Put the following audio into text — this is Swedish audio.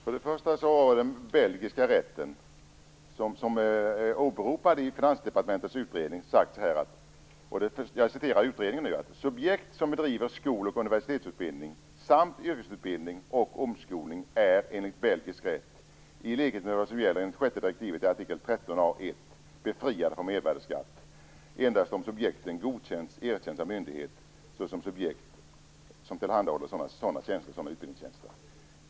Herr talman! I Finansdepartementets utredning åberopas den belgiska rätten. Där står det: "Subjekt som bedriver skol och universitetsutbildning samt yrkesutbildning och omskolning är enligt belgisk rätt, i likhet med vad som gäller enligt sjätte direktivet artikel 13.A 1 i, befriade från mervärdesskatt endast om subjekten godkänts/erkänts av myndighet såsom subjekt som tillhandahåller sådana tjänster" - dvs. sådana tjänster som utbildningstjänster.